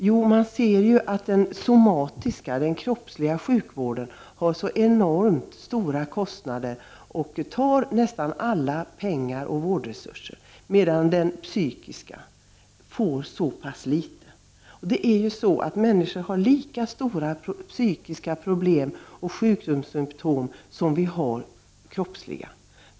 Jo, man ser ju att den somatiska eller kroppsliga sjukvården har sådana enormt stora kostnader att den tar nästan alla pengar och vårdresurser, medan den psykiska bara får litet. Människor har lika stora problem med psykiska sjukdomssymtom som med kroppsliga.